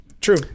true